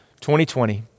2020